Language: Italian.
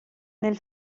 nel